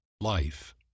life